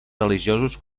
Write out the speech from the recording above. religiosos